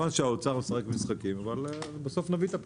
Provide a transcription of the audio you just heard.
חבל שהאוצר משחק משחקים, אבל בסוף נביא את הפטור.